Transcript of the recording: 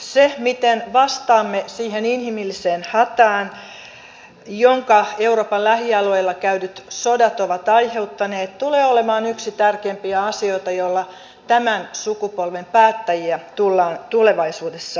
se miten vastaamme siihen inhimilliseen hätään jonka euroopan lähialueilla käydyt sodat ovat aiheuttaneet tulee olemaan yksi tärkeimpiä asioita joilla tämän sukupolven päättäjiä tullaan tulevaisuudessa arvioimaan